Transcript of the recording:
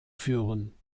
führen